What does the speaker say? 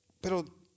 Pero